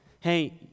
hey